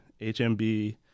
HMB